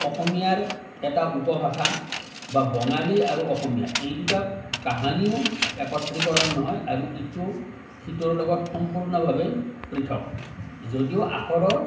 অসমীয়াৰ এটা উপভাষা বা বঙালী আৰু অসমীয়া এই দুটা কাহানিও একত্ৰীকৰণ নহয় আৰু ইটো সিটোৰ লগত সম্পূৰ্ণভাবে পৃথক যদিও আখৰৰ